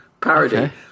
parody